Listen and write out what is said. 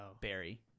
Barry